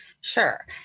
Sure